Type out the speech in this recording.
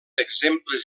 exemples